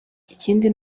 ikindi